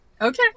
Okay